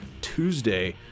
Tuesday